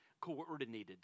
coordinated